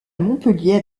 montpellier